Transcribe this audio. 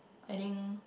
I think